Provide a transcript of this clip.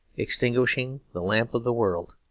extinguishing the lamp of the world.